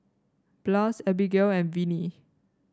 Blas Abigail and Venie